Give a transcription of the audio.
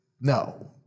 no